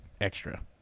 extra